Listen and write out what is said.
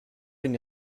une